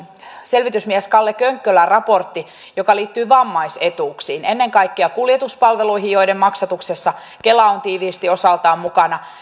selvitysmies kalle könkkölän raportti joka liittyy vammaisetuuksiin ennen kaikkea kuljetuspalveluihin joiden maksatuksessa kela on tiiviisti osaltaan mukana